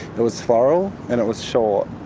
it was floral and it was short,